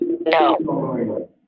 No